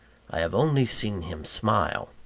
i have only seen him smile.